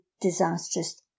disastrous